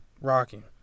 rocking